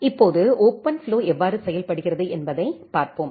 இப்போது ஓபன்ஃப்ளோ எவ்வாறு செயல்படுகிறது என்பதைப் பார்ப்போம்